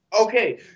Okay